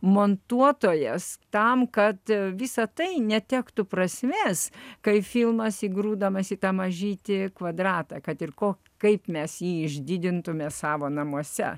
montuotojas tam kad visa tai netektų prasmės kai filmas įgrūdamas į tą mažytį kvadratą kad ir ko kaip mes jį išdidintume savo namuose